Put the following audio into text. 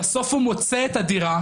בסוף הוא מוצא את הדירה,